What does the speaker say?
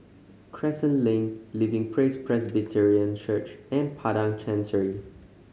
Crescent Lane Living Praise Presbyterian Church and Padang Chancery